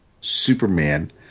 Superman